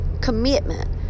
commitment